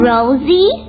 Rosie